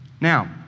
Now